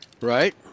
Right